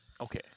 Okay